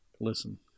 Listen